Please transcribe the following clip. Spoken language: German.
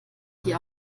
die